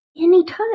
anytime